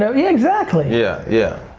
so yeah exactly. yeah, yeah,